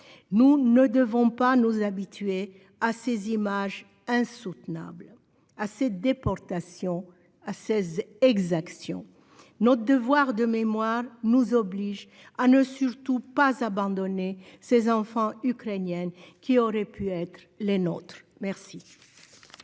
Nous ne devons pas nous habituer à ces images insoutenables, à ces déportations, à ces exactions. Notre devoir de mémoire nous oblige à ne surtout pas abandonner ces enfants ukrainiens, qui auraient pu être les nôtres. La